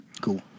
cool